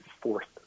forced